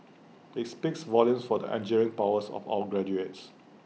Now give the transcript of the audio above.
IT speaks volumes for the engineering prowess of our graduates